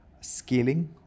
scaling